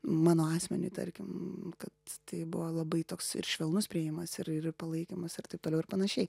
mano asmeniui tarkim kad tai buvo labai toks ir švelnus priėjimas ir ir palaikymas ir taip toliau ir panašiai